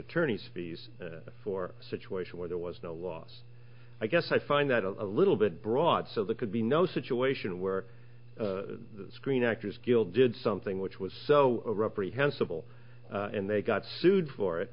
attorney's fees for a situation where there was no loss i guess i find that a little bit broad so that could be no situation where the screen actors guild did something which was so reprehensible and they got sued for it